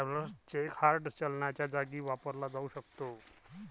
travellers cheque hard चलनाच्या जागी वापरला जाऊ शकतो